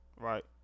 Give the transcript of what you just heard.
right